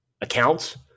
accounts